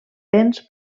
béns